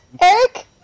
Eric